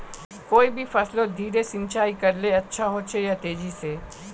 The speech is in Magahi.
कोई भी फसलोत धीरे सिंचाई करले अच्छा होचे या तेजी से?